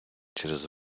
через